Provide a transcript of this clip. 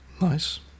nice